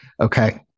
okay